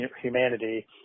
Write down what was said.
humanity